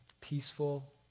peaceful